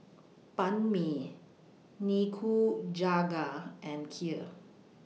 Banh MI Nikujaga and Kheer